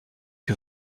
que